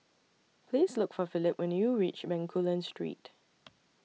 Please Look For Phillip when YOU REACH Bencoolen Street